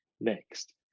next